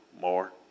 more